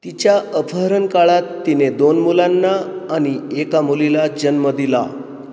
तिच्या अपहरण काळात तिने दोन मुलांना आणि एका मुलीला जन्म दिला